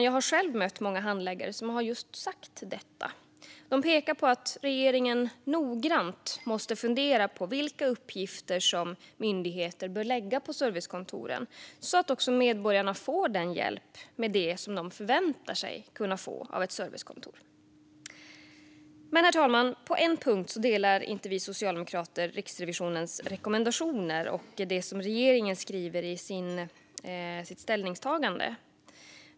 Jag har själv mött många handläggare som har sagt just detta, herr talman. De pekar på att regeringen noggrant måste fundera på vilka uppgifter myndigheter bör lägga på servicekontoren så att medborgarna får den hjälp som de förväntar sig kunna få av ett servicekontor. Herr talman! På en punkt håller vi socialdemokrater dock inte med om Riksrevisionens rekommendationer och det regeringen skriver i sitt ställningstagande.